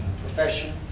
profession